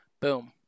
Boom